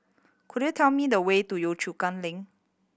could you tell me the way to Yio Chu Kang Link